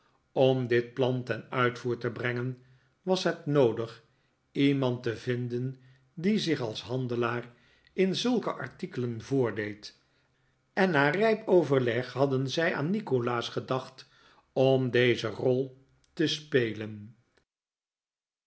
om dit plan ten uitvoer te brengen was het noodig iemand te vinden die zich als handelaar in zulke artikelen voordeed en na rijp overleg hadden zij aan nikolaas gedacht om deze rol te spelen